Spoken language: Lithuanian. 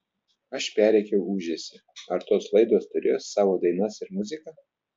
aš perrėkiau ūžesį ar tos laidos turėjo savo dainas ir muziką